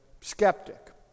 skeptic